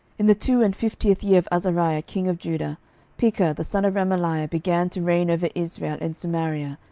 in the two and fiftieth year of azariah king of judah pekah the son of remaliah began to reign over israel in samaria,